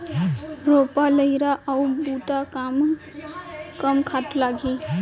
रोपा, लइहरा अऊ बुता कामा कम खातू लागही?